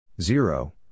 zero